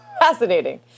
fascinating